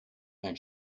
ein